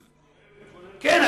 48' כן,